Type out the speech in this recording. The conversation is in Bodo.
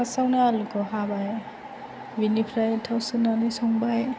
फासावनो आलुखौ हाबाय बिनिफ्राय थाव सेरनानै संबाय